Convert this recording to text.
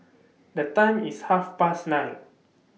The Time IS Half Past nine